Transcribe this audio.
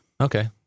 okay